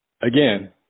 Again